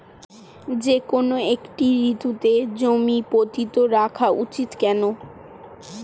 যেকোনো একটি ঋতুতে জমি পতিত রাখা উচিৎ কেন?